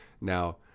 Now